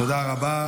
תודה רבה.